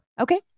Okay